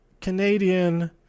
Canadian